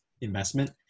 investment